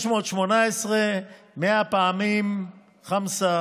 518 זה 100 פעמים חמסה